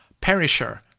Perisher